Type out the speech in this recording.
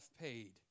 paid